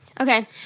Okay